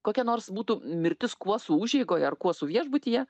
kokia nors būtų mirtis kuosų užeigoj ar kuosų viešbutyje